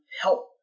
help